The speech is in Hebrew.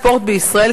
הספורט בישראל,